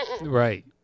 Right